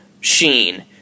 Sheen